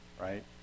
right